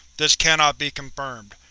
this cannot be confirmed.